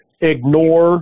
ignore